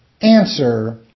Answer